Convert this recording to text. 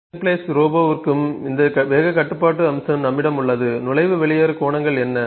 big and place ரோபோவிற்கும் இந்த வேகக் கட்டுப்பாட்டு அம்சம் நம்மிடம் உள்ளது நுழைவு வெளியேறு கோணங்கள் என்ன